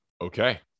Okay